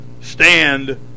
stand